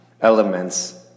elements